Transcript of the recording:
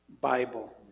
Bible